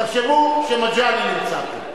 תחשבו שמגלי נמצא פה.